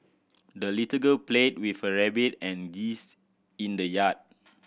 the little girl played with her rabbit and geese in the yard